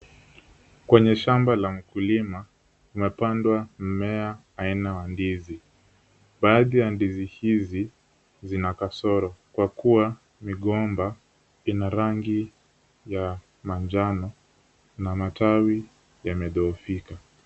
Kwenye shamba la mkulima, kumepandwa mmea aina wa ndizi , baadhi ya ndizi hizi zina kasoro kwa kuwa migomba ina rangi ya manjano na matawi[csi yamedhoofika.